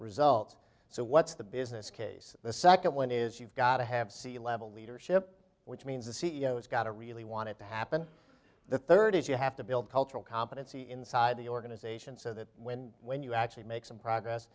results so what's the business case the second one is you've got to have sea level leadership which means the c e o has got to really want it to happen the third is you have to build cultural competency inside the organization so that when when you actually make some progress